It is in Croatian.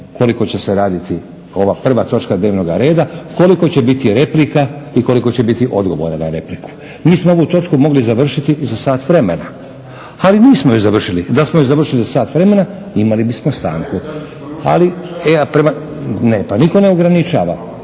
koliko će se raditi ova prva točka dnevnoga reda, koliko će biti replika i koliko će biti odgovora na repliku. Mi smo ovu točku mogli završiti za sat vremena, ali nismo je završili. Da smo je završili za sat vremena imali bismo stanku. … /Upadica se ne